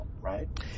right